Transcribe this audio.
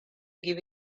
give